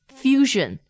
fusion